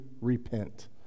repent